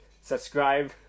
subscribe